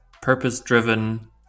purpose-driven